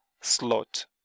slot